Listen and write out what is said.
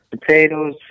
potatoes